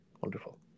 wonderful